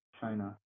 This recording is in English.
china